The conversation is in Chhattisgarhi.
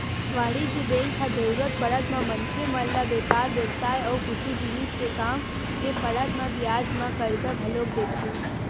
वाणिज्य बेंक ह जरुरत पड़त म मनखे मन ल बेपार बेवसाय अउ कुछु जिनिस के काम के पड़त म बियाज म करजा घलोक देथे